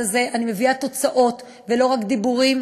הזה אני מביאה תוצאות ולא רק דיבורים,